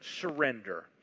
surrender